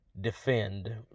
defend